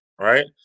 right